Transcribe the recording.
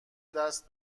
دست